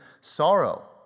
sorrow